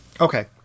Okay